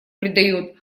придает